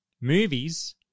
movies